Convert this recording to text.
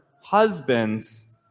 husband's